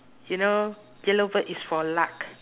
you know yellow bird is for luck